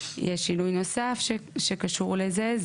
יש שינוי נוסף שקשור לזה.